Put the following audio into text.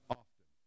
often